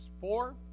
four